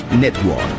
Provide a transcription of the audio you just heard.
Network